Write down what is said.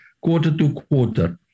quarter-to-quarter